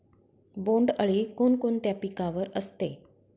बोंडअळी कोणकोणत्या पिकावर असते?